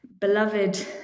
beloved